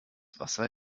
wasser